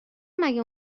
مگه